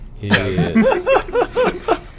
Yes